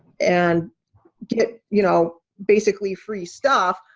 and get you know basically free stuff,